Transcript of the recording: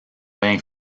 vingt